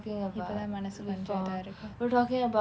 இப்போ தான் மனசு கொஞ்சம் இதா இருக்கு:ippo thaan manasu koncham ithaa irukku